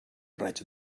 raig